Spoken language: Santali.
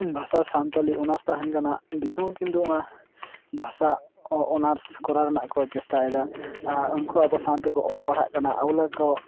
ᱵᱷᱟᱥᱟ ᱥᱟᱱᱛᱟᱞᱤ ᱚᱱᱟᱨᱥ ᱛᱟᱦᱮᱱ ᱠᱟᱱᱟ ᱫᱤᱠᱩᱦᱚᱸ ᱠᱤᱱᱛᱩ ᱚᱱᱟ ᱵᱷᱟᱥᱟ ᱚᱱᱟᱨᱥ ᱠᱚᱨᱟᱣ ᱨᱮᱱᱟᱜ ᱠᱚ ᱪᱮᱥᱴᱟᱭᱫᱟ ᱟᱨ ᱩᱱᱠᱚ ᱟᱵᱚ ᱥᱟᱶᱛᱮ ᱠᱚ ᱚᱞ ᱯᱟᱲᱦᱟᱜ ᱠᱟᱱᱟ ᱟᱵᱚᱞᱮᱠᱟ ᱠᱚ